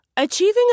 Achieving